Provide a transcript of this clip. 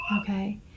okay